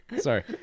Sorry